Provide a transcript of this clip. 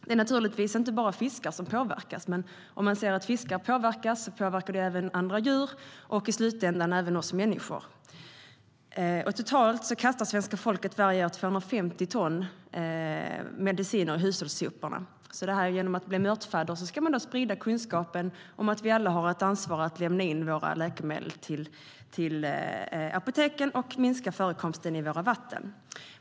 Det är naturligtvis inte bara fiskar som påverkas, men om de påverkas påverkar det även andra djur och i slutändan även oss människor. Totalt kastar svenska folket varje år 250 ton mediciner i hushållssoporna. Genom att bli mörtfadder kan man sprida kunskapen om att vi alla har ett ansvar för att lämna in våra läkemedel på apoteken och därmed minska förekomsten av läkemedel i våra vatten.